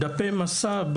דפי מסע,